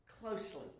closely